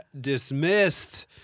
dismissed